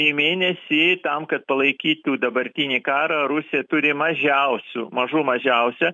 į mėnesį tam kad palaikytų dabartinį karą rusija turi mažiausių mažų mažiausia